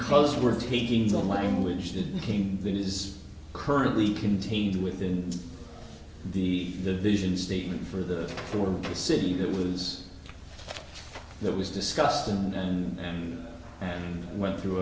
because we're taking the language that came that is currently contained within the the vision statement for the for the city that was that was discussed and and went through